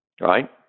right